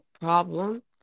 problem